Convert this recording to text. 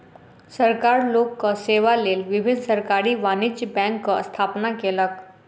सरकार लोकक सेवा लेल विभिन्न सरकारी वाणिज्य बैंकक स्थापना केलक